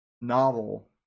novel